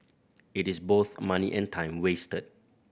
it is both money and time wasted